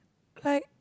like